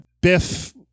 Biff